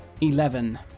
Eleven